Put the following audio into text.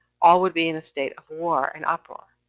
all would be in a state of war and uproar,